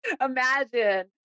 imagine